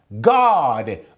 God